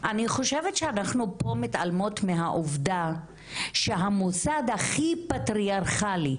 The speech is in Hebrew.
אני חושבת שאנחנו פה מתעלמות מהעובדה שהמוסד הכי פטריארכלי,